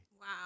Wow